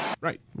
right